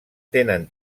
tenen